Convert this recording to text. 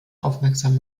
aufmerksam